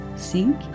Sink